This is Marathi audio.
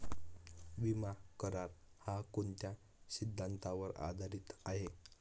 विमा करार, हा कोणत्या सिद्धांतावर आधारीत आहे?